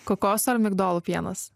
kokosų ar migdolų pienas